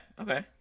okay